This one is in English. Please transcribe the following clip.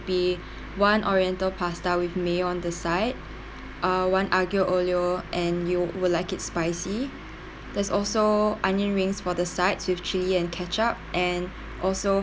be one oriental pasta with meat on the side uh one aglio olio and you would like it spicy there's also onion rings for the sides with chili and ketchup and also